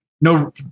No